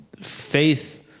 faith